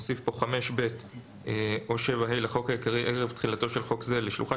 5ב או 7ה לחוק העיקרי ערב תחילתו של חוק זה לשלוחה